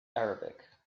arabic